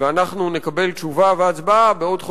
ואנחנו נקבל תשובה ונצביע בעוד חודשיים,